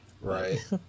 Right